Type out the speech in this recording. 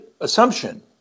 assumption